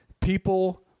People